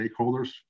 stakeholders